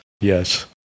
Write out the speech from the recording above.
Yes